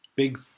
big